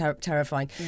terrifying